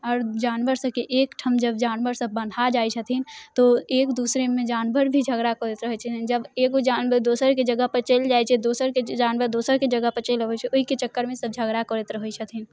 आओर जानवर सभके एकठाम जब जानवर सभ बन्हा जाइ छथिन तो एक दूसरेमे जानवर भी झगड़ा करैत रहै छथिन जब एगो जानवर दोसरके जगहपर चलि जाइ छै दोसरके जानवर दोसरके जगहपर चलि आबै छैके चक्करमे सभ झगड़ा करैत रहै छथिन